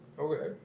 Okay